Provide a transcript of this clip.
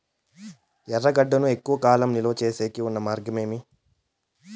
ఎర్రగడ్డ ను ఎక్కువగా కాలం నిలువ సేసేకి ఉన్న మార్గం ఏమి?